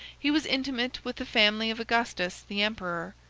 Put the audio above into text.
he was intimate with the family of augustus, the emperor,